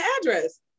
address